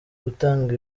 gutanga